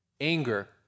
anger